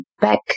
back